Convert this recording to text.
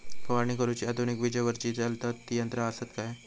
फवारणी करुची आधुनिक विजेवरती चलतत ती यंत्रा आसत काय?